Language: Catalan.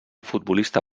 futbolista